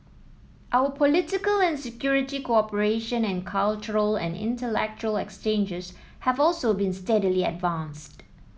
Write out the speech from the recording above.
our political and security cooperation and cultural and intellectual exchanges have also been steadily advanced